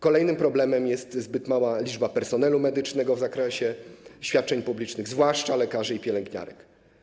Kolejnym problemem jest zbyt mała liczba personelu medycznego w zakresie świadczeń publicznych, zwłaszcza lekarzy i pielęgniarek.